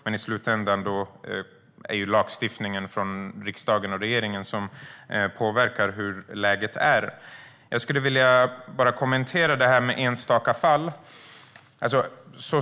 Men i slutändan är det lagstiftningen från riksdagen och regeringen som påverkar läget. Jag skulle vilja kommentera det här med enstaka fall.